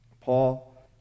Paul